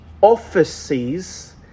offices